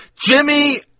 Jimmy